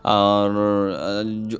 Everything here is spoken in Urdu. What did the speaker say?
اور جو